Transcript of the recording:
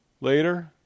later